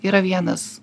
yra vienas